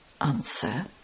Answer